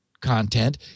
Content